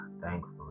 thankfully